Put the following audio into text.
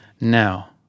Now